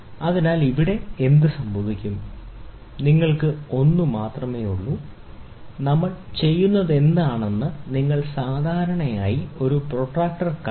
അതിനാൽ ഇവിടെ എന്ത് സംഭവിക്കും നിങ്ങൾക്ക് ഒന്നുമാത്രമേയുള്ളൂ നമ്മൾ ചെയ്യുന്നതെന്താണെന്ന് നിങ്ങൾ സാധാരണയായി ഒരു പ്രൊട്ടക്റ്റർ കണ്ടാൽ